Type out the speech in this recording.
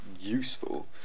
useful